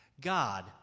God